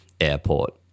airport